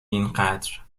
اینقدر